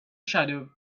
shadow